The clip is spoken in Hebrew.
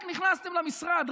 רק נכנסתם למשרד,